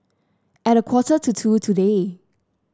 at a quarter to two today